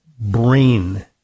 brain